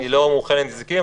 אני לא מומחה לנזיקין,